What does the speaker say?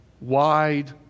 wide